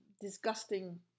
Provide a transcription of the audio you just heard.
disgusting